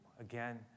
again